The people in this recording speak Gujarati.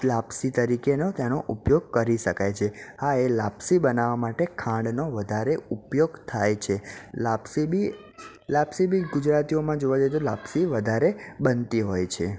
લાપસી તરીકેનો તેનો ઉપયોગ કરી શકાય છે હા એ લાપસી બનાવા માટે ખાંડનો વધારે ઉપયોગ થાય છે લાપસી બી લાપસી બી ગુજરાતીઓમાં જોવા જઈએ તો લાપસી વધારે બનતી હોય છે